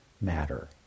matter